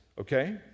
okay